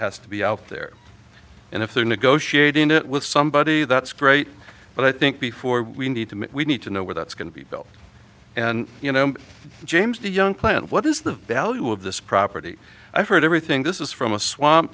has to be out there and if they're negotiating it with somebody that's great but i think before we need to we need to know where that's going to be built and you know james the young plant what is the value of this property i've heard everything this is from a swamp